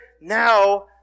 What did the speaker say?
now